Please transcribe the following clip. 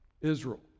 Israel